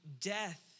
death